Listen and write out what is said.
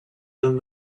and